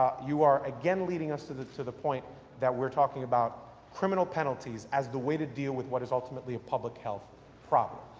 ah you are again leading us to the to the point that we're talking about criminal penalties as the way to deal with what is ultimately a public health problem.